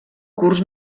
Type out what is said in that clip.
curs